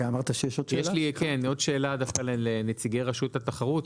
יש לי עוד שאלה דווקא לנציגי רשות התחרות.